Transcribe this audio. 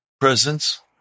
presence